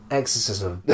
exorcism